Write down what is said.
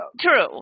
True